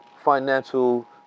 financial